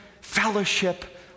fellowship